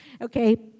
Okay